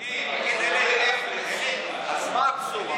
אם מתקצבים באפס, אז מה הבשורה?